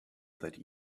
that